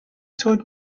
told